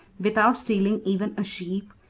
without stealing even a sheep,